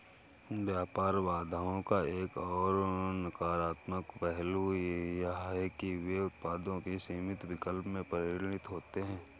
व्यापार बाधाओं का एक और नकारात्मक पहलू यह है कि वे उत्पादों के सीमित विकल्प में परिणत होते है